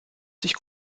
sich